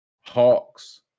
Hawks